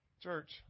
Church